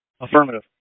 Affirmative